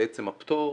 לעצם הפטור.